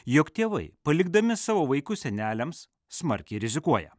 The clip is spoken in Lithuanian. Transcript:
jog tėvai palikdami savo vaikus seneliams smarkiai rizikuoja